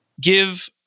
give